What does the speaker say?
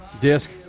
disc